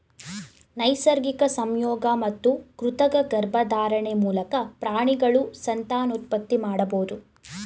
ನೈಸರ್ಗಿಕ ಸಂಯೋಗ ಮತ್ತು ಕೃತಕ ಗರ್ಭಧಾರಣೆ ಮೂಲಕ ಪ್ರಾಣಿಗಳು ಸಂತಾನೋತ್ಪತ್ತಿ ಮಾಡಬೋದು